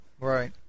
Right